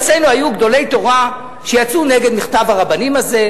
אצלנו היו גדולי תורה שיצאו נגד מכתב הרבנים הזה,